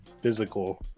physical